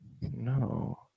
No